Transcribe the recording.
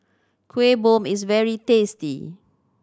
Kuih Bom is very tasty